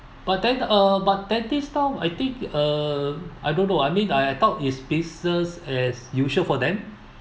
but then uh but dentist now I think uh I don't know I mean I I thought is business is usual for them